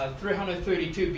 332